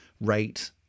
rate